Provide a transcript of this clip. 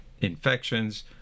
infections